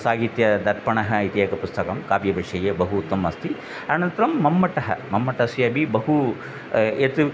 साहित्यदर्पणः इत्येकं पुस्तकं काव्यविषये बहु उत्तमम् अस्ति अनन्तरं मम्मटः मम्मटस्य अपि बहु यत्